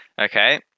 Okay